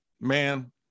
man